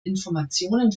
informationen